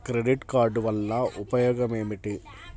Credit card వల్ల ఉపయోగం ఏమిటీ?